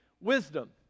wisdom